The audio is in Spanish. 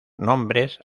nombres